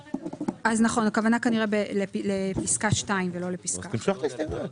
הכוונה כנראה לפסקה (2) ולא לפסקה (1).